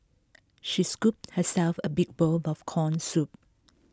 she scooped herself a big bowl of Corn Soup